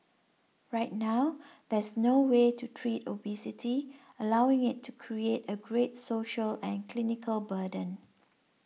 right now there's no way to treat obesity allowing it to create a great social and clinical burden